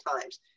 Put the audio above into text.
times